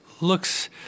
looks